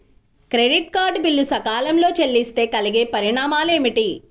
Credit card bill సకాలంలో చెల్లిస్తే కలిగే పరిణామాలేమిటి?